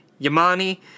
Yamani